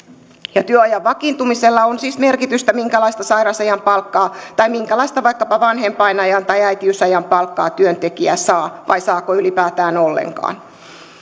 ja työajan vakiintumisella on siis merkitystä siinä minkälaista sairasajan palkkaa tai minkälaista palkkaa vaikkapa vanhempainvapaan ajalta tai äitiysajalta työntekijä saa vai saako ylipäätään ollenkaan